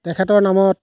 তেখেতৰ নামত